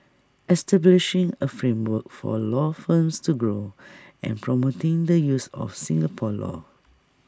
establishing A framework for law firms to grow and promoting the use of Singapore law